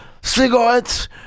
cigarettes